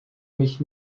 mich